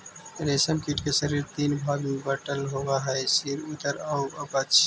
रेशम कीट के शरीर तीन भाग में बटल होवऽ हइ सिर, उदर आउ वक्ष